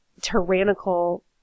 tyrannical